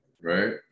right